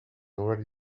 already